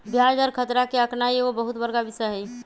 ब्याज दर खतरा के आकनाइ एगो बहुत बड़का विषय हइ